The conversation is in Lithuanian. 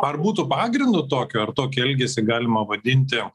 ar būtų pagrindo tokio ar tokį elgesį galima vadinti